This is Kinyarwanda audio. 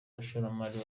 bashoramari